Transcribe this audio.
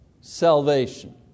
salvation